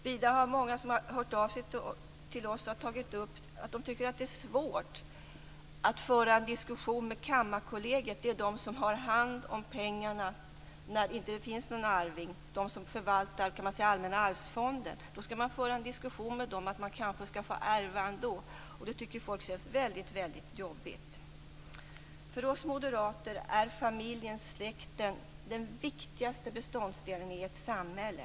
Vidare har många som hört av sig till oss tagit upp att de tycker att det är svårt att föra en diskussion med Kammarkollegiet. Det är de som har hand om pengarna när det inte finns någon arvinge. Det är de som förvaltar Allmänna arvsfonden. Då skall man föra en diskussion med dem om att man kanske skall få ärva ändå. Det tycker folk känns väldigt jobbigt. För oss moderater är familjen och släkten den viktigaste beståndsdelen i ett samhälle.